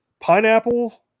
pineapple